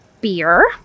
beer